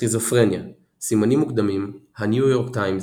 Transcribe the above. סכיזופרניה סימנים מוקדמים, הניו יורק טיימס,